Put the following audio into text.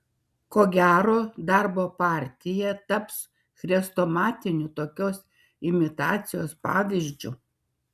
ko gero darbo partija taps chrestomatiniu tokios imitacijos pavyzdžiu